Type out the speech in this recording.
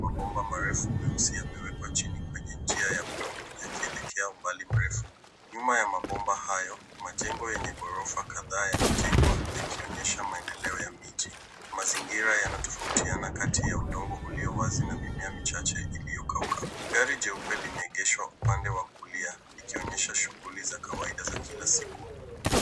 Mabomba marefu meusi yamewekwa chini kwenye njia wa udongo yakielekea umbali mrefu. Nyuma ya mabomba hayo, majengo yenye ghorofa kadhaa yamejengwa yakionyesha maendeleo ya miji. Mazingira yanatofautiana kati ya udongo ulio wazi na mimea michache iliyokauka. Gari jeupe limeegeshwa upande wa kulia likionyesha shughuli za kawaida za kila siku.